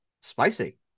spicy